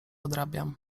odrabiam